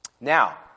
Now